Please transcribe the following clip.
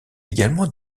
également